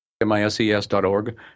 m-i-s-e-s.org